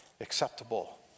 acceptable